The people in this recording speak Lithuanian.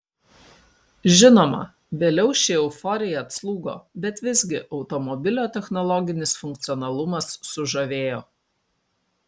žinoma vėliau ši euforija atslūgo bet visgi automobilio technologinis funkcionalumas sužavėjo